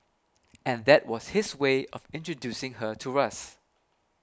and that was his way of introducing her to us